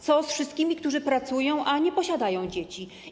Co z wszystkimi, którzy pracują, a nie posiadają dzieci?